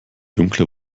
dunkle